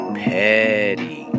petty